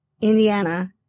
Indiana